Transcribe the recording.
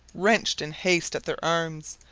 wrenched in haste at their arms,